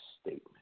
statement